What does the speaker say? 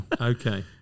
okay